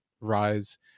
rise